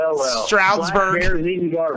Stroudsburg